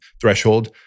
threshold